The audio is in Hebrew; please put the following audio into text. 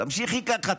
תמשיכי ככה,